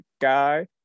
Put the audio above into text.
guy